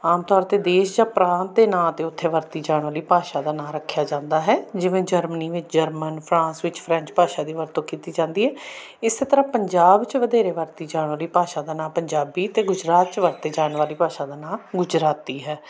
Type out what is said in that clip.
ਆਮ ਤੌਰ 'ਤੇ ਦੇਸ਼ ਜਾਂ ਪ੍ਰਾਂਤ ਦੇ ਨਾਂ 'ਤੇ ਉੱਥੇ ਵਰਤੀ ਜਾਣ ਵਾਲੀ ਭਾਸ਼ਾ ਦਾ ਨਾਂ ਰੱਖਿਆ ਜਾਂਦਾ ਹੈ ਜਿਵੇਂ ਜਰਮਨੀ ਵਿੱਚ ਜਰਮਨ ਫਰਾਂਸ ਵਿੱਚ ਫਰੈਂਚ ਭਾਸ਼ਾ ਦੀ ਵਰਤੋਂ ਕੀਤੀ ਜਾਂਦੀ ਹੈ ਇਸੇ ਤਰ੍ਹਾਂ ਪੰਜਾਬ 'ਚ ਵਧੇਰੇ ਵਰਤੀ ਜਾਣ ਵਾਲੀ ਭਾਸ਼ਾ ਦਾ ਨਾਂ ਪੰਜਾਬੀ ਅਤੇ ਗੁਜਰਾਤ 'ਚ ਵਰਤੇ ਜਾਣ ਵਾਲੀ ਭਾਸ਼ਾ ਦਾ ਨਾਂ ਗੁਜਰਾਤੀ ਹੈ